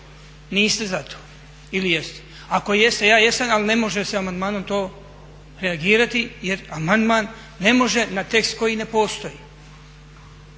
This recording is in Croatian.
Niste za to ili jeste? Ako jeste, ja jesam ali ne može se amandmanom to reagirati, jer amandman ne može na tekst koji ne postoji.